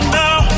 now